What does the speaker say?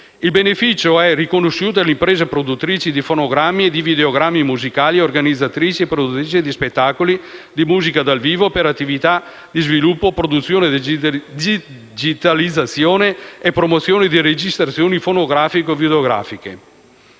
Il beneficio è riconosciuto alle imprese produttrici di fonogrammi e di videogrammi musicali e organizzatrici e produttrici di spettacoli di musica dal vivo per attività di sviluppo, produzione, digitalizzazione e promozione di registrazioni fonografiche o videografiche.